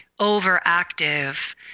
overactive